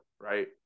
right